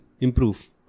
improve